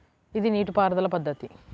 ఇది నీటిపారుదల పద్ధతి